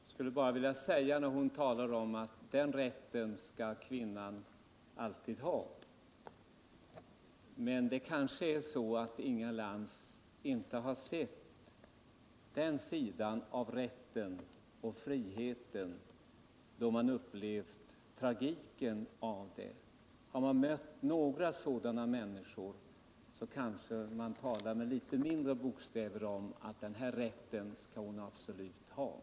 Herr talman! Inga Lantz säger att kvinnan alltid skall ha rätten att själv välja om hon vill föda barn. Inga Lantz kanske inte har sett den sidan av rätten och friheten som inneburit tragik. Har man mött några människor i den situationen kanske man talar med mindre bokstäver om att kvinnan absolut skall ha denna rätt.